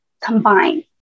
combine